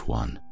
one